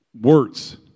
words